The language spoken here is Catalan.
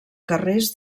carrers